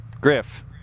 Griff